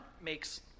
makes